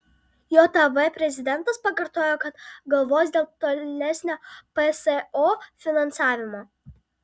jav prezidentas pakartojo kad galvos dėl tolesnio pso finansavimo